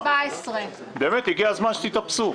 הגיע הזמן שתתאפסו.